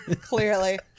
Clearly